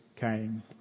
came